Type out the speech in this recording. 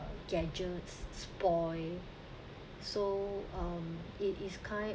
gadgets spoil so um it is kind